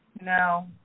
no